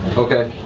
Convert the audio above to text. okay.